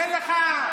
אין לך רבנים אפילו.